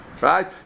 Right